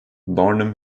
barnum